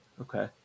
Okay